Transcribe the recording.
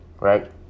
right